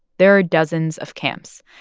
there are dozens of camps,